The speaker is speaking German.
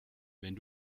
wenn